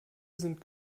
sind